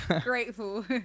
Grateful